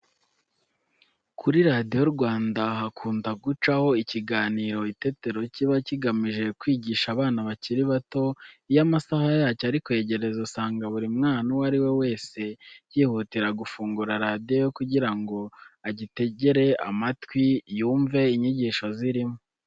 Kuri Radiyo Rwanda hakunda gucaho ikiganiro Itetero kiba kigamije kwigisha abana bakiri bato. Iyo amasaha yacyo ari kwegereza, usanga buri mwana uwo ari we wese yihutira gufungura radiyo ye kugira ngo agitegere amatwi yumve inyigisho zirimo.